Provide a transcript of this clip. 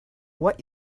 what